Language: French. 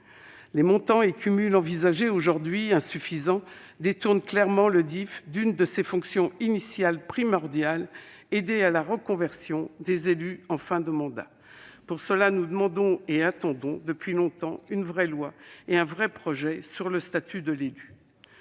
Les montants et cumuls envisagés, aujourd'hui insuffisants, détournent clairement le DIFE de l'une de ses fonctions initiales primordiales : aider à la reconversion des élus en fin de mandat. Pour cela, nous demandons et attendons depuis longtemps une vraie loi et un vrai projet sur le statut de l'élu.